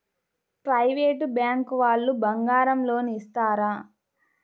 Private bank వాళ్ళు బంగారం loan ఇస్తారా?